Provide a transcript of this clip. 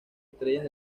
estrellas